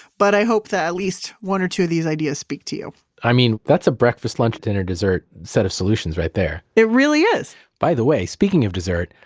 but i hope that at least one or two of these ideas speak to you i mean, that's a breakfast, lunch, dinner, dessert set of solutions right there it really is by the way, speaking of dessert,